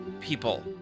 people